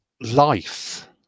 life